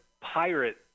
pirate